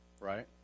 right